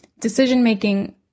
Decision-making